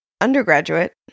undergraduate